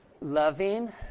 loving